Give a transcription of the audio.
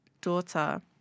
daughter